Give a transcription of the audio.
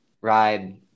ride